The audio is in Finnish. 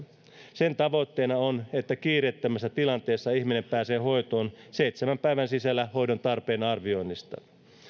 sen tavoitteena on että kiireettömässä tilanteessa ihminen pääsee hoitoon seitsemän päivän sisällä hoidon tarpeen arvioinnista